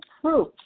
proof